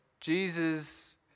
Jesus